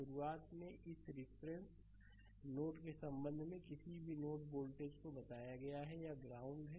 शुरुआत में इस रिफरेंस नोड के संबंध में किसी भी नोड वोल्टेज को बताया है यह ग्राउंड है